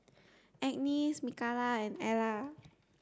Agnes Mikalah and Ellar